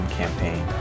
campaign